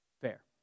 fair